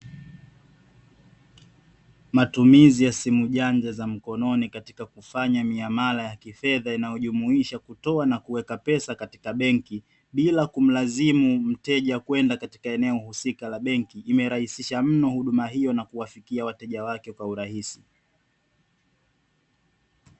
Matumizi ya simu janja za mkononi katika kufanya miamala ya kifedha inayojumuisha kutoa na kuweka pesa katika benki bila kumlazimu mteja kwenda katika eneo husika la benki, imerahisisha mno huduma hiyo na kuwafikia wateja wake kwa urahisi.